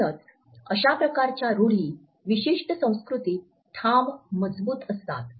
म्हणूनच अशा प्रकारच्या रूढी विशिष्ट संस्कृतीत ठाम मजबूत असतात